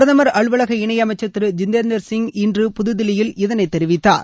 பிரதமர் அலுவலக இணையமைச்சர் திரு ஜிதேந்திர சிங் இன்று புததில்லியில் இதனை தெரிவித்தார்